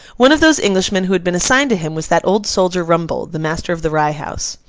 one of those englishmen who had been assigned to him was that old soldier rumbold, the master of the rye house.